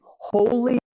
holy